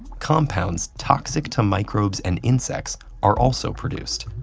compounds toxic to microbes and insects are also produced,